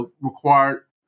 required